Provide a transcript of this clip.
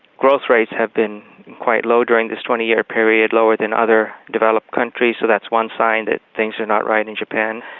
growth rates have been quite low during this twenty year period lower than other developed countries so that's one sign that things are not right in japan.